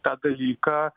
tą dalyką